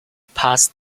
passed